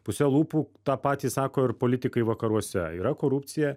puse lūpų tą patį sako ir politikai vakaruose yra korupcija